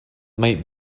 might